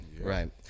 Right